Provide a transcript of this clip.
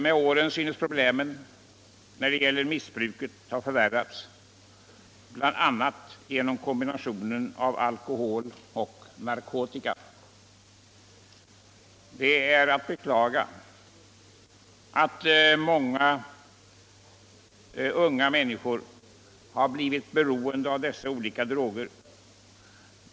Med åren synes problemen när det gäller missbruket ha förvärrats, bl.a. genom kombinationen av alkohol och narkotika. Det är att beklaga att många unga människor har blivit beroende av dessa olika droger.